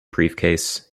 briefcase